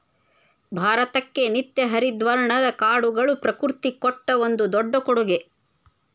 ಭಾರತಕ್ಕೆ ನಿತ್ಯ ಹರಿದ್ವರ್ಣದ ಕಾಡುಗಳು ಪ್ರಕೃತಿ ಕೊಟ್ಟ ಒಂದು ದೊಡ್ಡ ಕೊಡುಗೆ